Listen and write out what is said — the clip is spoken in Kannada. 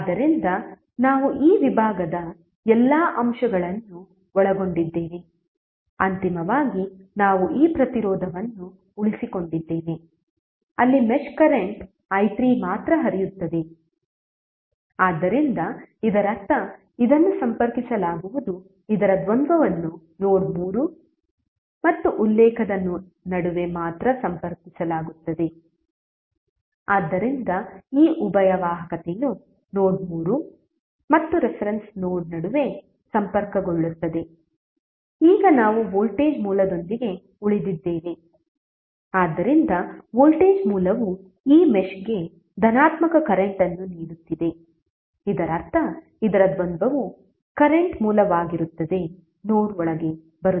ಆದ್ದರಿಂದ ನಾವು ಈ ವಿಭಾಗದ ಎಲ್ಲಾ ಅಂಶಗಳನ್ನು ಒಳಗೊಂಡಿದ್ದೇವೆ ಅಂತಿಮವಾಗಿ ನಾವು ಈ ಪ್ರತಿರೋಧವನ್ನು ಉಳಿಸಿಕೊಂಡಿದ್ದೇವೆ ಅಲ್ಲಿ ಮೆಶ್ ಕರೆಂಟ್ i3 ಮಾತ್ರ ಹರಿಯುತ್ತದೆ ಆದ್ದರಿಂದ ಇದರರ್ಥ ಇದನ್ನು ಸಂಪರ್ಕಿಸಲಾಗುವುದು ಇದರ ದ್ವಂದ್ವವನ್ನು ನೋಡ್ 3 ಮತ್ತು ಉಲ್ಲೇಖದ ನಡುವೆ ಮಾತ್ರ ಸಂಪರ್ಕಿಸಲಾಗುತ್ತದೆ ಆದ್ದರಿಂದ ಈ ಉಭಯ ವಾಹಕತೆಯು ನೋಡ್ 3 ಮತ್ತು ರೆಫರೆನ್ಸ್ ನೋಡ್ ನಡುವೆ ಸಂಪರ್ಕಗೊಳ್ಳುತ್ತದೆ ಈಗ ನಾವು ವೋಲ್ಟೇಜ್ ಮೂಲದೊಂದಿಗೆ ಉಳಿದಿದ್ದೇವೆ ಆದ್ದರಿಂದ ವೋಲ್ಟೇಜ್ ಮೂಲವು ಈ ಮೆಶ್ಗೆ ಧನಾತ್ಮಕ ಕರೆಂಟ್ ಅನ್ನು ನೀಡುತ್ತಿದೆ ಇದರರ್ಥ ಇದರ ದ್ವಂದ್ವವು ಕರೆಂಟ್ ಮೂಲವಾಗಿರುತ್ತದೆ ನೋಡ್ ಒಳಗೆ ಬರುತ್ತಿದೆ